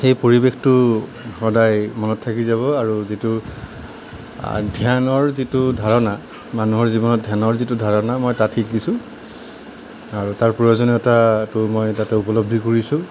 সেই পৰিৱেশটো সদায় মনত থাকি যাব আৰু যিটো ধ্যানৰ যিটো ধাৰণা মানুহৰ জীৱনত ধ্যানৰ যিটো ধাৰণা মই তাত শিকিছোঁ আৰু তাৰ প্ৰয়োজনীয়তাটো মই তাতে উপলব্ধি কৰিছোঁ